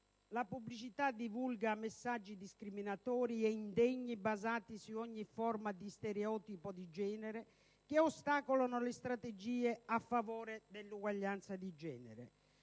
la pubblicità divulga messaggi discriminatori e indegni, basati su ogni forma di stereotipo di genere, che ostacolano le strategie a favore dell'uguaglianza di genere.